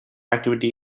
activity